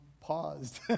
paused